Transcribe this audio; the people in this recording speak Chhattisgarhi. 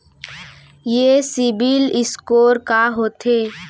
ये सिबील स्कोर का होथे?